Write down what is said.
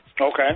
Okay